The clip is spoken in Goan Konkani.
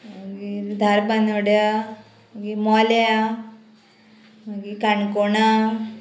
मागीर धारबानोड्यां मागीर मोल्या मागी काणकोणा